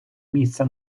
місце